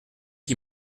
qui